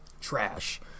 Trash